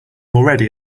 already